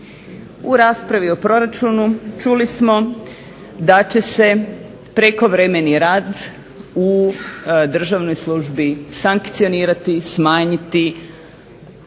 U raspravi o proračunu čuli smo da će se prekovremeni rad u državnoj službi sankcionirati, smanjiti